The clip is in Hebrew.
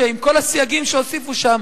שעם כל הסייגים שהוסיפו שם,